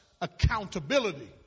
accountability